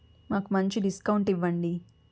మాకు మంచి డిస్కౌంట్ ఇవ్వండి